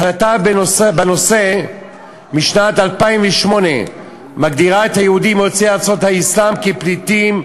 החלטה בנושא משנת 2008 מגדירה את היהודים יוצאי ארצות האסלאם פליטים,